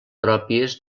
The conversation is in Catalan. pròpies